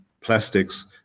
plastics